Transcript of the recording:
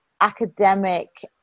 academic